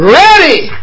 ready